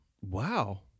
Wow